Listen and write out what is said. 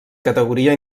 categoria